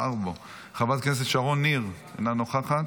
חברת הכנסת שרון ניר, אינה נוכחת,